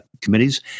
committees